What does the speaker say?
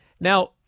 Now